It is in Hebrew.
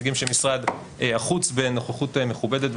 נציגים של משרד החוץ בנוכחות מכובדת,